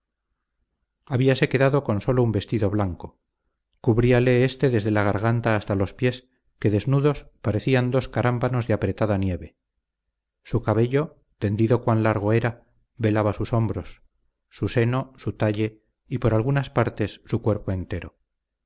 habíase quedado con sólo un vestido blanco cubríale éste desde la garganta hasta los pies que desnudos parecían dos carámbanos de apretada nieve su cabello tendido cuan largo era velaba sus hombros su seno su talle y por algunas partes su cuerpo entero